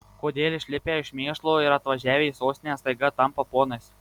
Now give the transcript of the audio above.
kodėl išlipę iš mėšlo ir atvažiavę į sostinę staiga tampa ponais